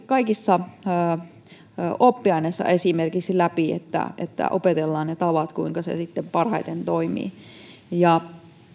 kaikissa oppiaineissa läpi että että opetellaan ne tavat kuinka se sitten parhaiten toimii